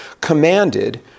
commanded